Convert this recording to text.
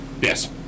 Yes